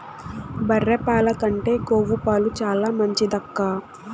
బర్రె పాల కంటే గోవు పాలు చాలా మంచిదక్కా